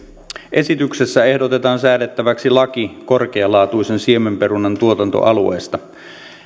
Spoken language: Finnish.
esityksessä ehdotetaan säädettäväksi laki korkealaatuisen siemenperunan tuotantoalueesta